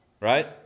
right